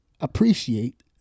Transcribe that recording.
Appreciate